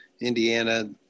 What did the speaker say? Indiana